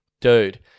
Dude